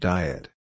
Diet